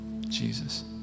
Jesus